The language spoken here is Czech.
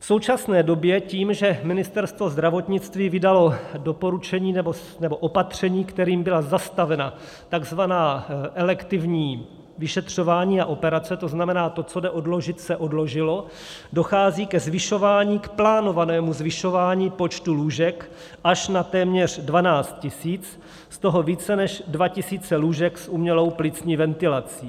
V současné době tím, že Ministerstvo zdravotnictví vydalo doporučení, nebo opatření, kterým byla zastavena takzvaná elektivní vyšetřování a operace, to znamená to, co jde odložit, se odložilo, dochází k plánovanému zvyšování počtu lůžek až na téměř 12 tisíc, z toho více než 2 tisíce lůžek s umělou plicní ventilací.